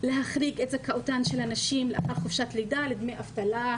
זכאותן של הנשים לאחר חופשת לידה לדמי אבטלה,